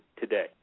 today